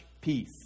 peace